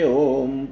om